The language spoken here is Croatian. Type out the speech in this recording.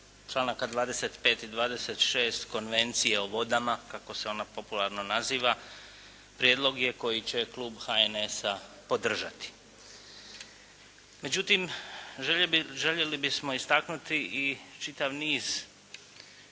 25. i 26. Konvencije o vodama kako se ona popularno naziva prijedlog koji će klub HNS-a podržati. Međutim, željeli bismo istaknuti i čitav niz